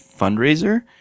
fundraiser